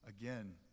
Again